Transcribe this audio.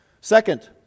Second